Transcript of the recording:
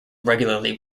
regularly